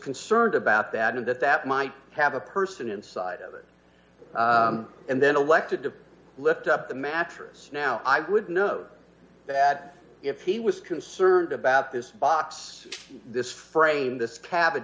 concerned about that and that that might have a person inside of it and then elected to lift up the mattress now i would know that if he was concerned about this box this framed this ca